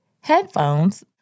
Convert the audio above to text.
headphones